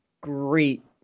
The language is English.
great